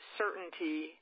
certainty